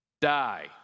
die